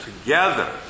together